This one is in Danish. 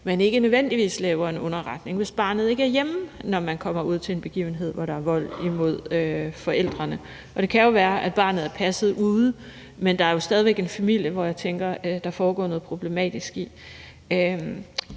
man ikke nødvendigvis laver en underretning, hvis barnet ikke er hjemme, når man kommer ud til en begivenhed, hvor der er vold imod en forælder. Det kan jo være, at barnet er passet ude, men det er jo stadig væk en familie, hvor jeg tænker der er foregået noget problematisk.